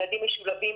ילדים משולבים,